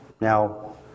Now